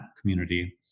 community